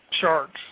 sharks